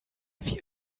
wie